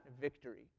victory